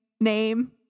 name